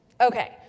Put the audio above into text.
Okay